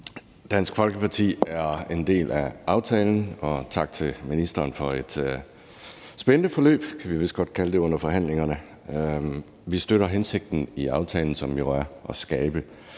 Dansk Folkeparti er en del af aftalen, og tak til ministeren for et spændende forløb – kan vi vist godt kalde det – under forhandlingerne. Vi støtter hensigten i aftalen, som jo er at skabe